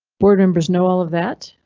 board members know all of that.